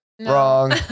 Wrong